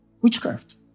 Witchcraft